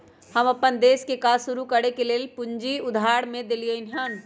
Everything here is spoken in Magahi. हम अप्पन दोस के काज शुरू करए के लेल कुछ पूजी उधार में देलियइ हन